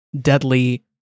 deadly